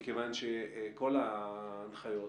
ומכיוון שכל ההנחיות